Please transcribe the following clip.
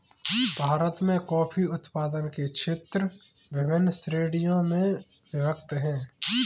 भारत में कॉफी उत्पादन के क्षेत्र विभिन्न श्रेणियों में विभक्त हैं